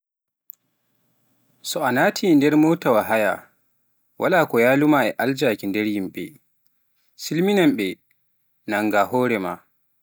so a naati nder mootaawa haaya, waala ko yaaluma e aljaaki nder yimɓe, silminan ɓe nanga hore maa